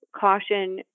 caution